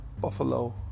Buffalo